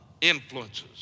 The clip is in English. influences